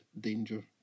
danger